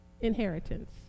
inheritance